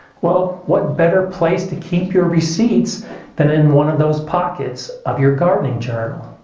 well, what better place to keep your receipts than in one of those pockets of your gardening journal.